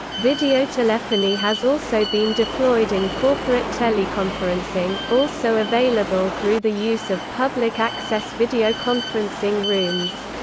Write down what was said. videotelephony has also been deployed in corporate teleconferencing, also available through the use of public access videoconferencing rooms.